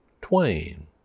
twain